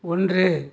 ஒன்று